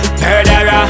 murderer